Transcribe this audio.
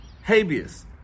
habeas